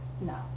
no